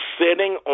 sitting